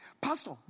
pastor